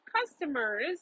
customers